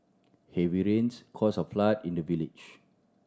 heavy rains caused a flood in the village